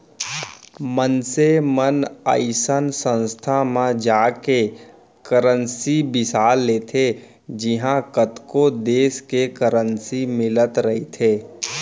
मनसे मन अइसन संस्था म जाके करेंसी बिसा लेथे जिहॉं कतको देस के करेंसी मिलत रहिथे